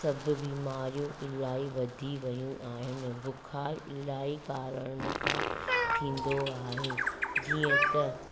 सभु बीमारियूं इलाही वधी वेयूं आहिनि बुख़ार इलाही कारण खां थींदो आहे जीअं त